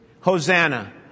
Hosanna